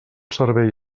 servei